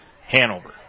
Hanover